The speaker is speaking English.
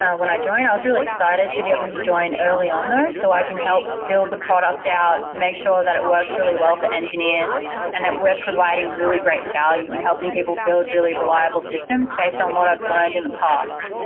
ah when i joined, i was really excited to be able to join early on though, so i can help build the product out and make sure that it works really well for engineers and that we're providing really great value and helping people build really reliable systems based on what i've learned in past.